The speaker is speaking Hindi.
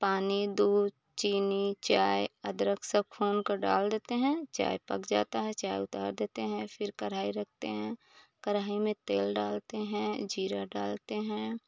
पानी दूध चीनी चाय अदरक सब फोम कर डाल देते हैं चाय पक जाता है चाय उतार देते हैं फिर कढ़ाई रखते हैं कढ़ाई में तेल डालते हैं ज़ीरा डालते हैं